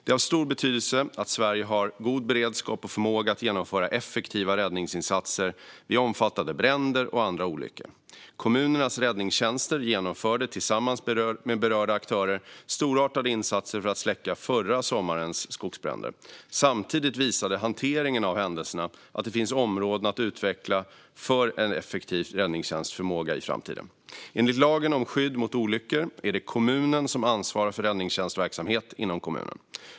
Det är av stor betydelse att Sverige har god beredskap och förmåga att genomföra effektiva räddningsinsatser vid omfattande bränder och andra olyckor. Kommunernas räddningstjänster genomförde, tillsammans med berörda aktörer, storartade insatser för att släcka förra sommarens skogsbränder. Samtidigt visade hanteringen av händelserna att det finns områden att utveckla för en effektivare räddningstjänstförmåga i framtiden. Enligt lagen om skydd mot olyckor är det kommunen som ansvarar för räddningstjänstverksamhet inom kommunen.